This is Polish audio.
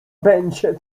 będzie